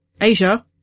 Asia